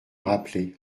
rappeler